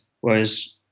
whereas